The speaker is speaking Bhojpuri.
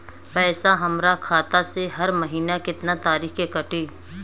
पैसा हमरा खाता से हर महीना केतना तारीक के कटी?